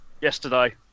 yesterday